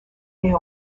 les